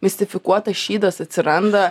mistifikuotas šydas atsiranda